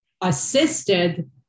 assisted